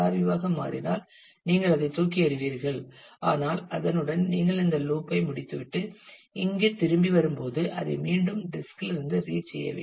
யுவாக மாறினால் நீங்கள் அதை தூக்கி எறிவீர்கள் ஆனால் அதனுடன் நீங்கள் இந்த லூப்பை முடித்துவிட்டு இங்கு திரும்பி வரும்போது அதை மீண்டும் டிஸ்க் இல் இருந்து ரீட் செய்ய வேண்டும்